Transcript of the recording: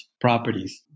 properties